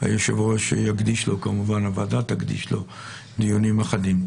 הוועדה תקדיש לו כמובן דיונים אחדים.